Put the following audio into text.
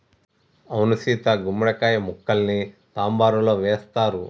అవును సీత గుమ్మడి కాయ ముక్కల్ని సాంబారులో వేస్తారు